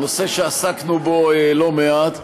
נושא שעסקנו בו לא מעט.